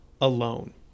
alone